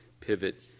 pivot